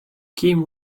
guím